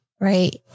right